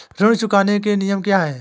ऋण चुकाने के नियम क्या हैं?